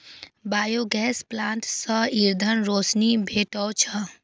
biogas plant सं ईंधन, रोशनी भेटै छै